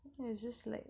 you just like